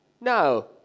No